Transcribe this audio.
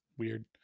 weird